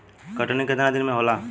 कटनी केतना दिन में होला?